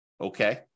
Okay